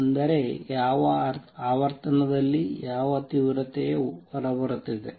ಅಂದರೆ ಯಾವ ಆವರ್ತನದಲ್ಲಿ ಯಾವ ತೀವ್ರತೆಯು ಹೊರಬರುತ್ತಿದೆ